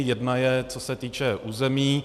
Jedna je, co se týče území.